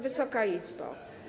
Wysoka Izbo!